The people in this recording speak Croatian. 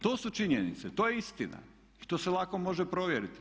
To su činjenice, to je istina i to se lako može provjeriti.